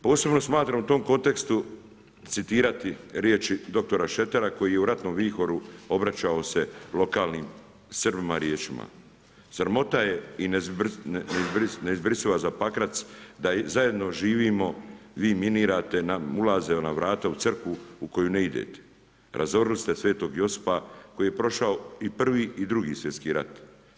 Posebno smatram u tom kontekstu citirati riječi dr. Šretera koji je u ratnom vihoru obraćao se lokalnim Srbima riječima: „Sramota je i neizbrisiva za Pakrac da zajedno živimo, vi minirate nam ulaze na vrata u crkvu u koju ne idete, razorili ste sv. Josipa koji je prošao i prvi i drugi svjetski rat.